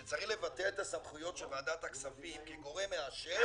שצריך לבטא את הסמכויות של ועדת הכספים כגורם מאשר